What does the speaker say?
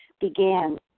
began